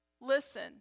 Listen